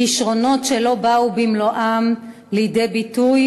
כישרונות שלא באו במלואם לידי ביטוי,